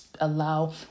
allow